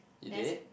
you did